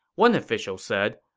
one official said,